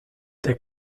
der